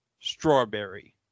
Strawberry